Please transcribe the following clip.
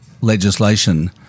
legislation